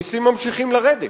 המסים ממשיכים לרדת,